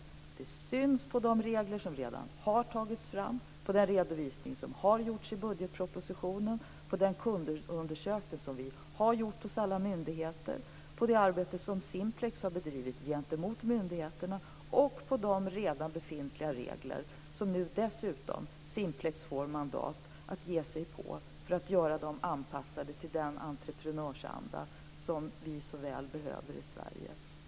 Det syns på de regler som redan har tagits fram, på den redovisning som har gjorts i budgetpropositionen, på den kundundersökning som vi har gjort hos alla myndigheter, på det arbete som Simplex har bedrivit gentemot myndigheterna och på de redan befintliga regler som Simplex nu dessutom får mandat att ge sig på för att göra dem anpassade till den entreprenörsanda som vi så väl behöver i Sverige.